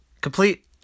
Complete